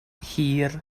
hir